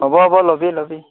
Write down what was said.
হ'ব হ'ব ল'বি ল'বি